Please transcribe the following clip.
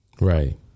Right